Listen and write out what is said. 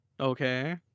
Okay